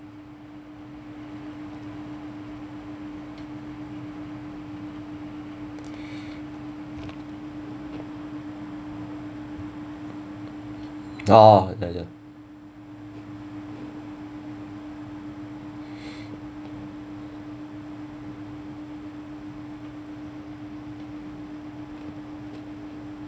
oh